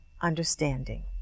understanding